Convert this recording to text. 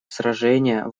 сражения